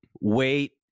wait